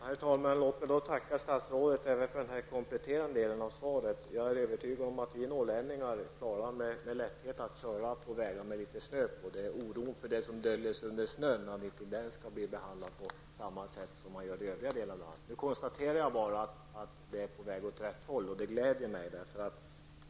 Herr talman! Låt mig tacka statsrådet för det kompletterade svaret. Jag är övertygad om att vi norrlänningar med lätthet klarar att köra på vägar med litet snö på. Vad som oroar oss är om det som döljer sig under snön inte betraktas på samma sätt i hela landet. Jag konstaterar att det är på väg åt rätt håll, och det glädjer mig.